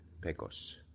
Pecos